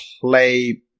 play